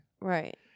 Right